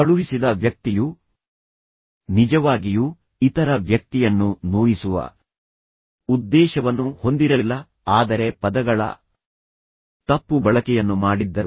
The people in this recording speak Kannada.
ಕಳುಹಿಸಿದ ವ್ಯಕ್ತಿಯು ನಿಜವಾಗಿಯೂ ಇತರ ವ್ಯಕ್ತಿಯನ್ನು ನೋಯಿಸುವ ಉದ್ದೇಶವನ್ನು ಹೊಂದಿರಲಿಲ್ಲ ಆದರೆ ಪದಗಳ ತಪ್ಪು ಬಳಕೆಯನ್ನು ಮಾಡಿದ್ದರು